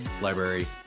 library